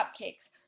cupcakes